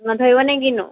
নধৰিব নে কিনো